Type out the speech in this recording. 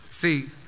see